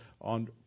on